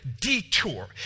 detour